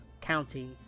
county